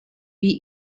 wie